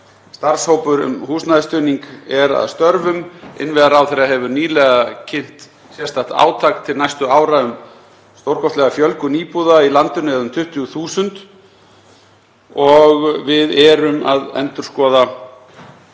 Starfshópur um húsnæðisstuðning er að störfum. Innviðaráðherra hefur nýlega kynnt sérstakt átak til næstu ára um stórkostlega fjölgun íbúða í landinu eða um 20.000 og við erum að endurskoða